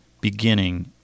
beginning